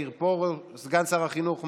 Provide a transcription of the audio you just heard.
סליחה.